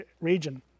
region